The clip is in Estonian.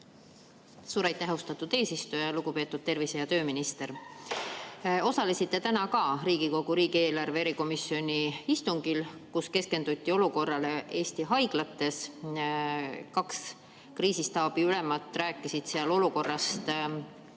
Suur aitäh! Austatud eesistuja! Lugupeetud tervise- ja tööminister! Osalesite täna ka Riigikogu riigieelarve kontrolli erikomisjoni istungil, kus keskenduti olukorrale Eesti haiglates. Kaks kriisistaabi juhti rääkisid seal olukorrast